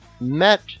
Met